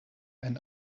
einen